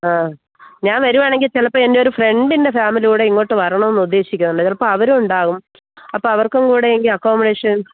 ആ ഞാൻ വരുവാണെങ്കില് ചിലപ്പോള് എൻ്റെ ഒരു ഫ്രണ്ടിൻ്റെ ഫാമിലികൂടെ ഇങ്ങോട്ടു വരണമെന്ന് ഉദ്ദേശിക്കുന്നുണ്ട് ചിലപ്പോള് അവരും ഉണ്ടാവും അപ്പർോള് അവർക്കും കൂടെ എങ്കില് അക്കോമഡേഷൻ